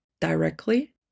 directly